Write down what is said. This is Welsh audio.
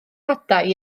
hadau